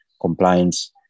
compliance